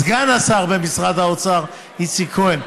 סגן השר במשרד האוצר איציק כהן,